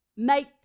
Make